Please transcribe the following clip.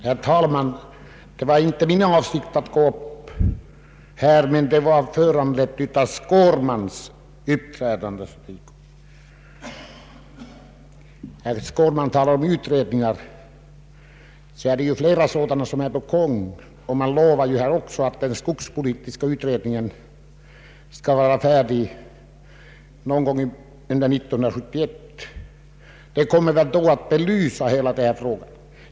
Herr talman! Det var inte min avsikt att gå upp i denna debatt men herr Skårmans uppträdande föranledde mig att begära ordet. Herr Skårman talade om utredningar. Flera sådana är på gång, och det har lovats att den skogspolitiska utredningen skall vara färdig någon gång under 1971. Den kommer väl då att belysa hela denna fråga.